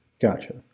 Gotcha